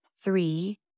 three